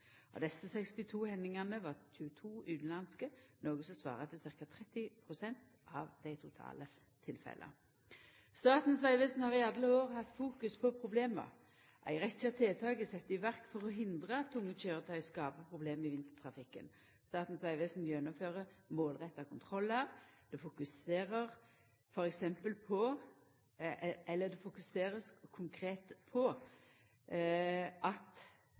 Av desse 62 hendingane var det 22 med utanlandske køyretøy, noko som svarar til ca. 30 pst. av dei totale tilfella. Statens vegvesen har i alle år hatt fokus på problema. Ei rekkje tiltak er sette i verk for å hindra at tunge køyretøy skaper problem i vintertrafikken. Statens vegvesen gjennomfører målretta kontrollar. Det blir f.eks. fokusert konkret på køyretøy som ikkje er eigna til å køyra på